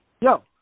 Yo